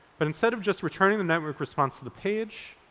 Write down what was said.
but instead of just returning the network response to the page,